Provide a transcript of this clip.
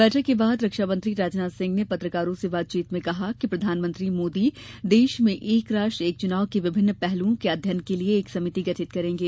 बैठक के बाद रक्षामंत्री राजनाथ सिंह ने पत्रकारों से बातचीत में कहा कि प्रधानमंत्री मोदी देश में एक राष्ट्र एक चुनाव के विभिन्न पहलुओं के अध्ययन के लिए एक समिति गठित करेंगे